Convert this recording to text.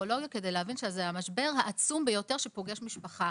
לפסיכולוגיה כדי להבין שזה המשבר העצום ביותר שפוגש משפחה.